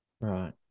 Right